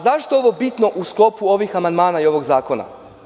Zašto je ovo bitno u sklopu ovih amandmana i ovog zakona?